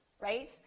right